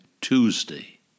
Tuesday